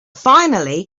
finally